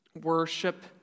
Worship